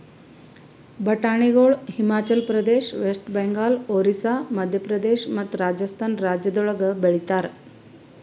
ಬಟಾಣಿಗೊಳ್ ಹಿಮಾಚಲ ಪ್ರದೇಶ, ವೆಸ್ಟ್ ಬೆಂಗಾಲ್, ಒರಿಸ್ಸಾ, ಮದ್ಯ ಪ್ರದೇಶ ಮತ್ತ ರಾಜಸ್ಥಾನ್ ರಾಜ್ಯಗೊಳ್ದಾಗ್ ಬೆಳಿತಾರ್